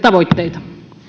tavoitteita